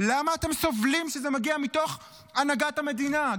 למה אתם סובלים שזה מגיע מתוך הנהגת המדינה?